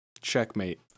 Checkmate